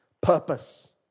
Purpose